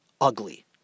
ugly